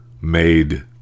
made